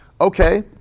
okay